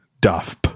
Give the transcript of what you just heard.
Duff